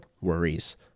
worries